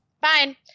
Fine